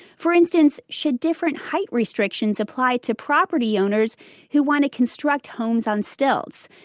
for instance, should different height restrictions apply to property owners who want to construct homes on stilts?